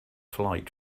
flight